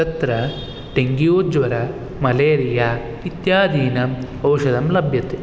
तत्र डेङ्ग्यूज्वर मलेरिया इत्यादीनाम् औषधं लभ्यते